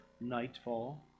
nightfall